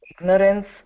ignorance